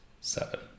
seven